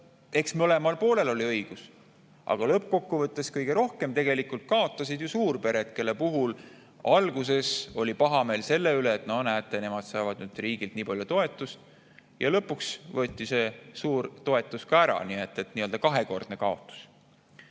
eks mõlemal poolel oli õigus. Aga lõppkokkuvõttes kaotasid kõige rohkem ju suurpered, kelle puhul alguses oli pahameel sellepärast, et näete, nemad saavad nüüd riigilt nii palju toetust, ja lõpuks võeti see suur toetus ka ära, nii et oli nii-öelda kahekordne kaotus.